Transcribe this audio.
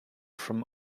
from